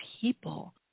people